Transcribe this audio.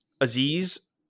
Aziz